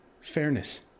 fairness